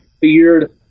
feared